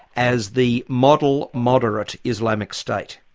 as the model moderate islamic state?